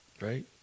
Right